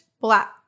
black